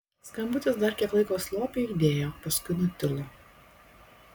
skambutis dar kiek laiko slopiai aidėjo paskui nutilo